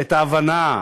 את ההבנה,